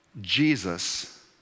Jesus